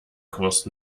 kurs